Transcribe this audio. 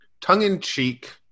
tongue-in-cheek